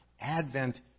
Advent